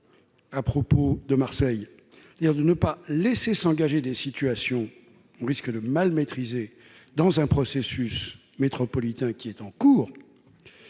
à propos de Marseille, c'est-à-dire de ne pas laisser s'engager des situations risque de mal maîtrisée dans un processus métropolitains qui est en cours,